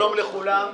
שלום לכולם.